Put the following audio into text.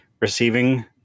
receiving